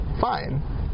fine